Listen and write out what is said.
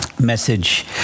message